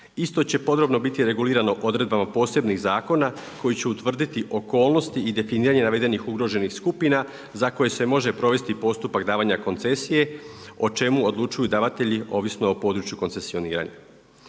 Isto će podrobno biti regulirano odredbama posebnih zakona koji će utvrditi okolnosti i definiranje navedenih ugroženih skupina za koje se može provesti postupak davanja koncesije o čemu odlučuju davatelji ovisno o području koncesioniranja.